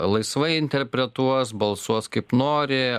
laisvai interpretuos balsuos kaip nori